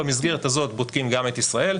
במסגרת הזאת בודקים גם את ישראל,